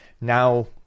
Now